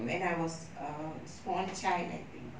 when I was a small child I think